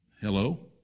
Hello